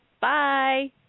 bye